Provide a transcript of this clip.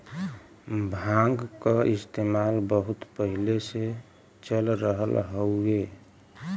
भांग क इस्तेमाल बहुत पहिले से चल रहल हउवे